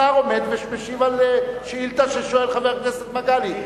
השר עומד ומשיב על שאילתא ששואל חבר הכנסת מגלי.